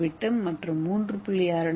M விட்டம் மற்றும் 3